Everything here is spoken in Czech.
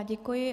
Děkuji.